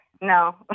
No